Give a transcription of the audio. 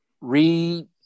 read